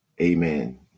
Amen